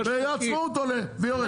בעצמאות עולה ויורד,